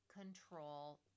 control